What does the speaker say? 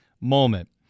moment